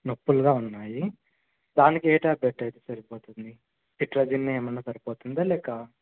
నొప్పులుగా ఉన్నాయి దానికి ఏ ట్యాబ్లెట్ అయితే సరిపోతుంది సిట్రజన్ ఏమైనా సరిపోతుందా లేక